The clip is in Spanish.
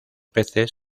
peces